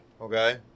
Okay